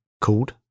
called